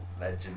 legend